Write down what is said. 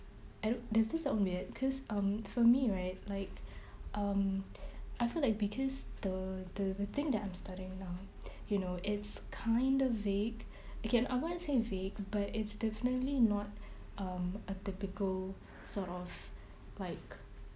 I do~ does this sound weird cause um for me right like um I feel like because the the the thing that I'm studying now you know it's kind of vague okay I won't say it vague but it's definitely not um a typical sort of like